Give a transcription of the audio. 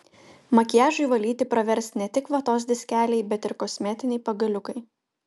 makiažui valyti pravers ne tik vatos diskeliai bet ir kosmetiniai pagaliukai